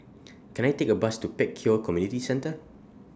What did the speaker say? Can I Take A Bus to Pek Kio Community Centre